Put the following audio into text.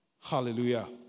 Hallelujah